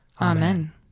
Amen